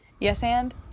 Yes-and